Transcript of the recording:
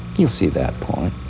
you'll see that point.